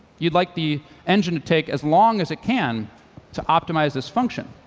you'd like the engine to take as long as it can to optimize this function.